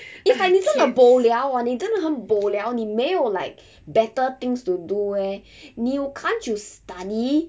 if ah 你真的 bo liao orh 你真的很 bo liao 你没有 like better things to do eh 你有 can't you study